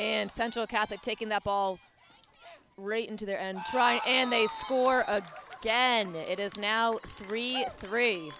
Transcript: and central catholic taking that ball rate into their and trying and they score again it is now three three